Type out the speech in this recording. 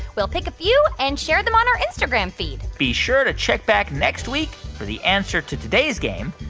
we'll pick a few and share them on our instagram feed be sure to check back next week for the answer to today's game,